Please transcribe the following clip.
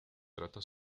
trata